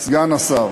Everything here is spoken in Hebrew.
סגן השר.